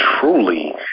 truly